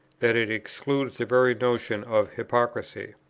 that it excludes the very notion of hypocrisy.